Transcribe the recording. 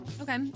Okay